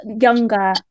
younger